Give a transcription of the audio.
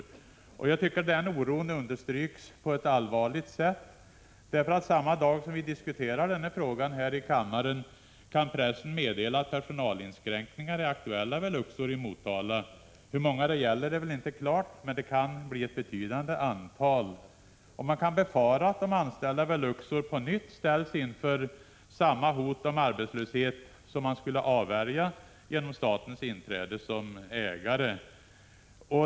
Oron understryks på ett allvarligt sätt, när det samma dag som frågan diskuteras här i kammaren meddelas i pressen att personalinskränkningar är aktuella vid Luxor i Motala. Hur många det gäller är inte klart, men det kan bli ett betydande antal. Man kan befara att de anställda vid Luxor på nytt ställs inför samma hot om arbetslöshet som skulle avvärjas genom statens inträde som ägare.